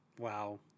wow